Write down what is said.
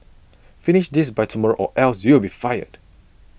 finish this by tomorrow or else you'll be fired